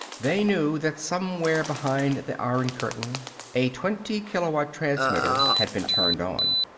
they knew that somewhere behind the iron curtain a twenty-kilowatt transmitter had been turned on.